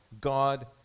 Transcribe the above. God